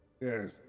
Yes